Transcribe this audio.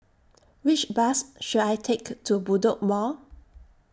Which Bus should I Take to Bedok Mall